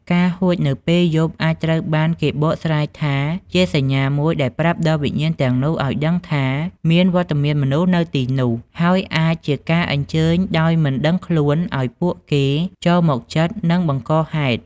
ការហួចនៅពេលយប់អាចត្រូវបានគេបកស្រាយថាជាសញ្ញាមួយដែលប្រាប់ដល់វិញ្ញាណទាំងនោះឲ្យដឹងថាមានវត្តមានមនុស្សនៅទីនោះ ហើយអាចជាការអញ្ជើញដោយមិនដឹងខ្លួនឲ្យពួកគេចូលមកជិត និងបង្កហេតុ។